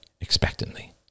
expectantly